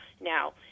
now